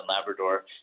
Labrador